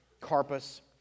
Carpus